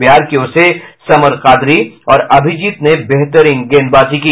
बिहार की ओर से समर कादरी और अभिजीत ने बेहतरीन गेंदबाजी की